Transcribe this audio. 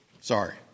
sorry